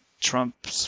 Trump